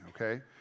okay